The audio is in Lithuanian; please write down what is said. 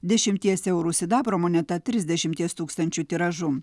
dešimties eurų sidabro moneta trisdešimties tūkstančių tiražu